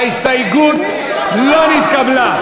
ההסתייגות לא נתקבלה.